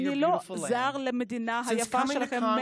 אני לא זר למדינה היפה שלכם,